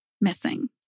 missing